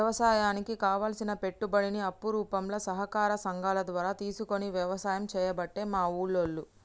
వ్యవసాయానికి కావలసిన పెట్టుబడిని అప్పు రూపంల సహకార సంగాల ద్వారా తీసుకొని వ్యసాయం చేయబట్టే మా ఉల్లోళ్ళు